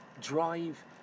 drive